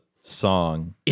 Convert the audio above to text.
song